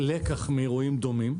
לקח מאירועים דומים,